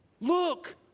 Look